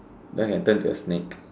then can turn into a snake